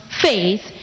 faith